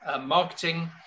marketing